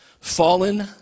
Fallen